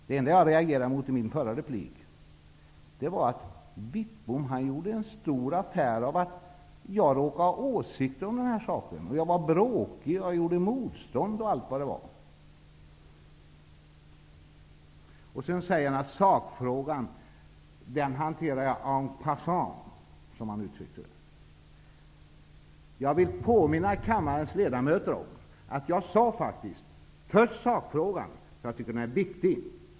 Det enda som jag reagerade för i min förra replik var att Bengt Wittbom gjorde en stor affär av att jag råkade ha åsikter om detta -- jag var bråkig, jag gjorde motstånd, osv. Bengt Wittbom sade att jag hanterade sakfrågan en passant, som han uttryckte det. Jag vill påminna kammarens ledamöter om att jag faktiskt sade att man först skulle ta upp sakfrågan, eftersom jag tycker att den är viktig.